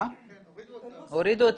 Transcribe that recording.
כן, הורידו אותה מהמדפים,